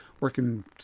working